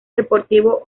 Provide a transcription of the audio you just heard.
deportivo